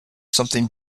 something